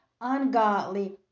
Ungodly